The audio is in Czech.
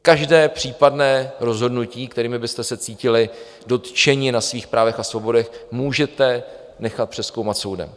Každé případné rozhodnutí, kterým byste se cítili dotčeni na svých právech a svobodách, můžete nechat přezkoumat soudem.